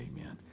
Amen